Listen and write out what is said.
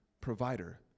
Provider